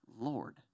Lord